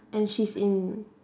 and she's in